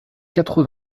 quatre